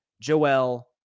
Joel